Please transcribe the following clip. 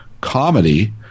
comedy